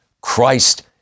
Christ